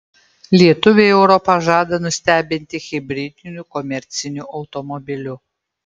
lietuviai europą žada nustebinti hibridiniu komerciniu automobiliu